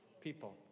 people